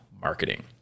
marketing